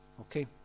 okay